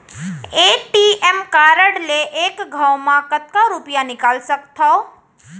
ATM card ले एक घव म कतका रुपिया निकाल सकथव?